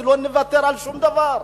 כי לא נוותר על שום דבר.